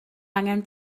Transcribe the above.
angen